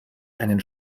einen